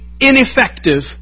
ineffective